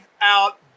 out